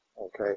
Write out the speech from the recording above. Okay